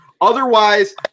Otherwise